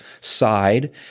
side –